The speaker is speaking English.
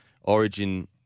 Origin